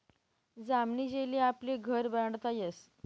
जामनी जेली आपले घर बनाडता यस